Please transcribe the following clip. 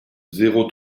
zéro